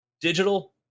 digital